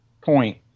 point